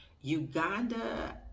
Uganda